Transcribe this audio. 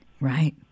Right